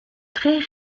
très